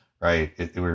right